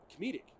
comedic